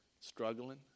struggling